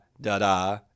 da-da